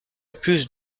plus